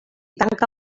tanca